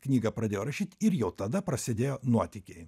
knygą pradėjo rašyt ir jau tada prasidėjo nuotykiai